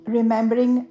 Remembering